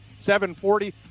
740